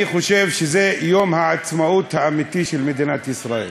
אני חושב שזה יום העצמאות האמיתי של מדינת ישראל.